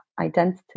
identity